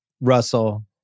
Russell